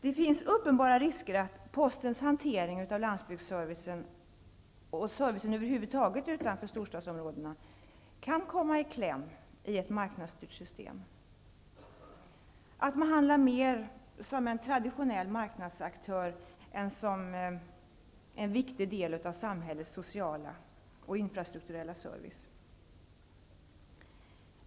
Det finns uppenbara risker att postens hantering av landsbygdsservicen och servicen över huvud taget utanför storstadsområdena kan komma i kläm i ett marknadsstyrt system. Det finns risk för att posten handlar mer som en traditionell marknadsaktör än som en viktig del av samhällets sociala och infrastrukturella service.